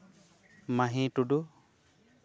ᱢᱟᱹᱦᱤ ᱴᱩᱰᱩ